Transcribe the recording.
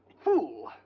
fool!